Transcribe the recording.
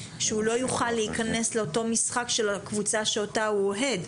שהוא לא יוכל להיכנס לאותו משחק של הקבוצה שאותה הוא אוהד.